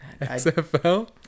XFL